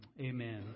amen